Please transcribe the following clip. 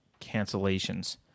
cancellations